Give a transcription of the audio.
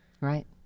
Right